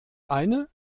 eine